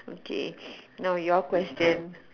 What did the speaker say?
okay now your question